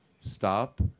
Stop